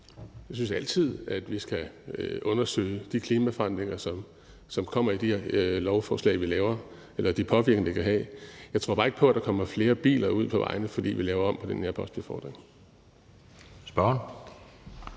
Jeg synes altid, at vi skal undersøge de klimaforandringer, som kan komme af de lovforslag, vi laver, eller de påvirkninger, de kan have. Jeg tror bare ikke på, at der kommer flere biler ud på vejene, fordi vi laver om på den her postbefordring.